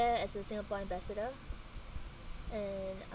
as a singapore ambassador and